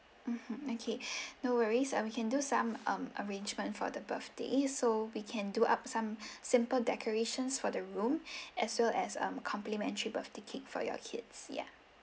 mmhmm okay no worries uh we can do some um arrangement for the birthday so we can do up some simple decorations for the room as well as um complimentary birthday cake for your kids yeah